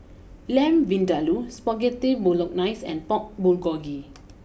Lamb Vindaloo Spaghetti Bolognese and Pork Bulgogi